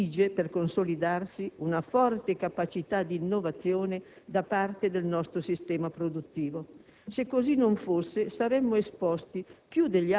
esige, per consolidarsi, una forte capacità di innovazione da parte del nostro sistema produttivo. Se così non fosse, saremmo esposti